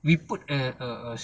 we put err err err